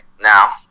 Now